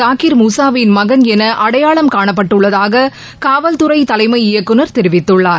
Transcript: ஜாஹிர் முசாவின் மகன் என அடையாளம் காணப்பட்டுள்ளதாக காவல்துறை தலைமை இயக்குநர் தெரிவித்துள்ளார்